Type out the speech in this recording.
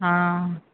हाँ